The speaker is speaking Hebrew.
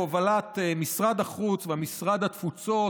בהובלת משרד החוץ ומשרד התפוצות,